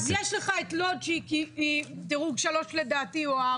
אז יש לך את לוד, שהיא דירוג 3 או 4,